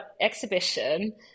exhibition